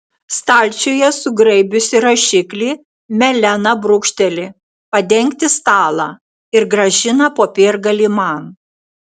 stalčiuje sugraibiusi rašiklį melena brūkšteli padengti stalą ir grąžina popiergalį man